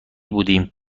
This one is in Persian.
بودیم